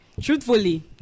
Truthfully